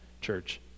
church